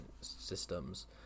systems